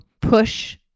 push